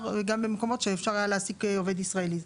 גם במקומות שאפשר היה להעסיק עובד ישראלי.